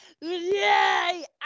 Yay